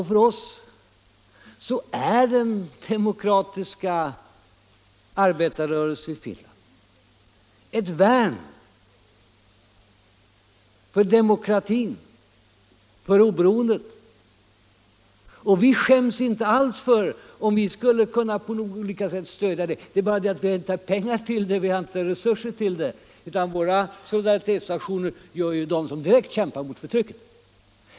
För oss är den demokratiska arbetarrörelsen i Finland ett värn för demokratin och för oberoendet. Vi skäms inte alls om vi på olika sätt kan stödja den. Det är bara det att vi inte har pengar och resurser till det, utan våra solidaritetsaktioner gäller dem som direkt kämpar mot förtrycket.